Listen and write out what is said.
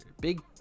Big